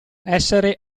essere